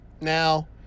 now